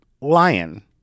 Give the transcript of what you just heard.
lion